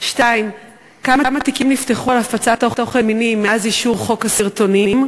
2. כמה תיקים נפתחו על הפצת תוכן מיני מאז אישור חוק הסרטונים?